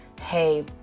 Hey